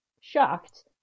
shocked